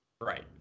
Right